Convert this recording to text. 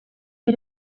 yet